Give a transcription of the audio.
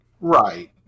right